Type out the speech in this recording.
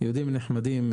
יהודים נחמדים,